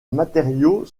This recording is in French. matériau